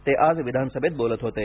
ते आज विधानसभेत बोलत होते